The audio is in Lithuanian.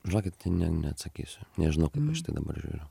žinokite ne neatsakysiu nežinau kaip aš į tai dabar žiūriu